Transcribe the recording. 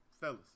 Fellas